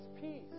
peace